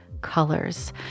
colors